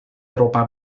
eropa